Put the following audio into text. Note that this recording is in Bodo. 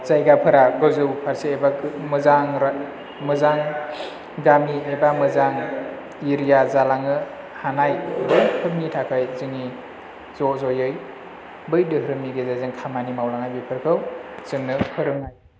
जायगाफोरा गोजौ फारसे बा मोजां रा मोजां गामि एबा मोजां एरिया जालाङो हानाय बैफोरनि थाखाय जोंनि ज' ज'यै बै धोरोमनि गेजेरजों खामानि मावलांनाय बेफोरखौ जोंनो फोरोंनाय एबा